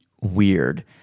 weird